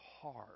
hard